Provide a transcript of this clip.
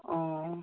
অঁ